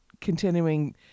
continuing